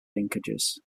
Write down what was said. linkages